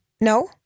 No